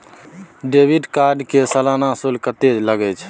Debit card के सालाना शुल्क कत्ते लगे छै?